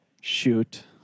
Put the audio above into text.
Shoot